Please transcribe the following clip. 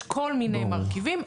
יש כל מיני מרכיבים.